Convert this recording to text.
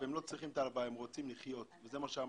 אני חושב שאת מה שאמר